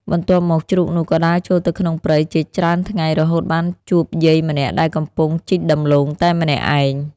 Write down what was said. បន្ទាប់មកជ្រូកនោះក៏ដើរចូលទៅក្នុងព្រៃជាច្រើនថ្ងៃ រហូតបានជួបយាយម្នាក់ដែលកំពុងជីកដំឡូងតែម្នាក់ឯង។